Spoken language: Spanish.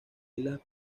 islas